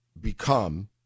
become